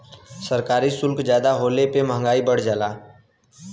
सरकारी सुल्क जादा होले पे मंहगाई बढ़ जाला